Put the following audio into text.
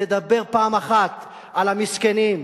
תדבר פעם אחת על המסכנים,